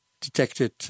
detected